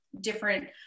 different